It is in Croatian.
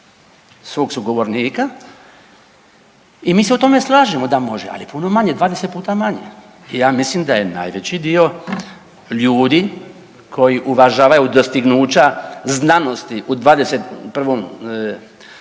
svog sugovornika i mi se u tome slažemo da može, ali puno manje, 20 puta manje. Ja mislim da je najveći dio ljudi koji uvažavaju dostignuća znanosti u 21.